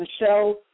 Michelle